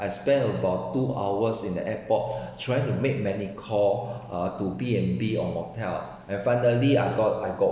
I spent about two hours in the airport trying to make many calls uh to B_N_B or motel and finally I got I got